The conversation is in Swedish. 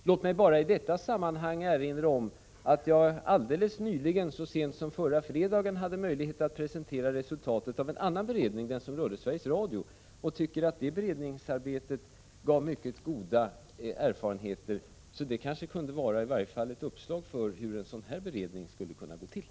Låt mig bara i detta sammanhang erinra om att jag alldeles nyligen, så sent som förra fredagen, hade möjlighet att presentera resultatet av en annan beredning, den som rörde Sveriges Radio, och tycker att det beredningsarbetet gav mycket goda erfarenheter. Så det kanske kunde vara i varje fall ett uppslag för hur en sådan här beredning skulle kunna gå till.